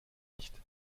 nicht